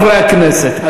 חברי הכנסת,